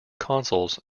consoles